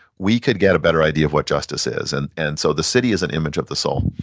we could get a better idea of what justice is. and and so the city is an image of the soul.